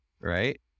right